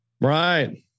right